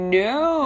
no